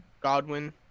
Godwin